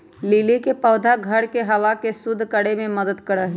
lily के पौधा घर के हवा के शुद्ध करे में मदद करा हई